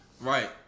Right